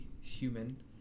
human